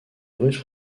russes